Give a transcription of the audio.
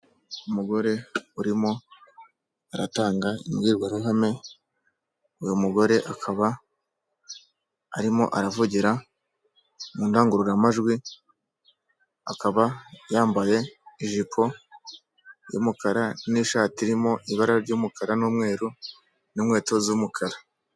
Umugore urimo aratanga imbwirwaruhame, uyu mugore akaba arimo aravugira mu ndangururamajwi akaba yambaye ijipo y'umukara n'ishati irimo ibara ry'umukara n'umweru n'inkweto z'umukara.